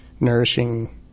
nourishing